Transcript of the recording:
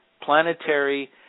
planetary